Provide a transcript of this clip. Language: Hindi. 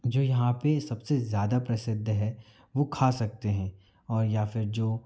जो यहाँ पे सबसे ज़्यादा प्रसिद्ध है वो खा सकते हैं और या फिर जो